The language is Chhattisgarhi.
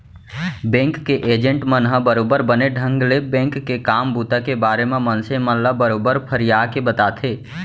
बेंक के एजेंट मन ह बरोबर बने ढंग ले बेंक के काम बूता के बारे म मनसे मन ल बरोबर फरियाके बताथे